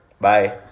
Bye